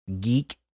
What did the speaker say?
Geek